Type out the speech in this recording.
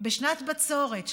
בשנת בצורת,